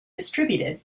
distributed